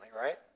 right